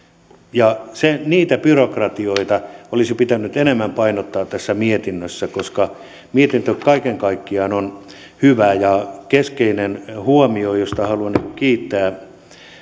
niitä byrokratioita olisi pitänyt enemmän painottaa tässä mietinnössä koska mietintö kaiken kaikkiaan on hyvä ja keskeinen huomio josta haluan nyt kiittää